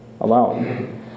alone